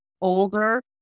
older